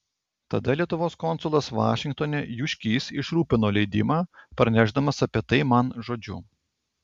tada lietuvos konsulas vašingtone juškys išrūpino leidimą pranešdamas apie tai man žodžiu